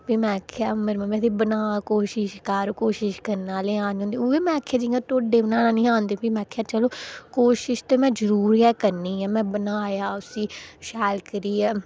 प्ही में आक्खेआ भी मेरी मम्मी आखदी बना कोशिश कर कोशिश करने आह्लें दी हार निं होंदी उ'ऐ में आक्खेआ जि'यां मिगी ढोड्डे बनाने निं औंदे प्ही में आक्खेआ चलो कोशिश ते में जरूर गै करनी ऐ में बनाया उसी शैल करियै